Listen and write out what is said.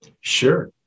Sure